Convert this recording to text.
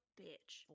bitch